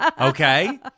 okay